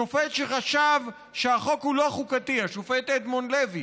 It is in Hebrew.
שופט שחשב שהחוק הוא לא חוקתי, השופט אדמונד לוי,